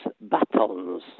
batons